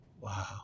Wow